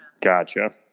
Gotcha